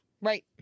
Right